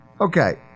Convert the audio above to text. okay